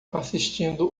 assistindo